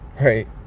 right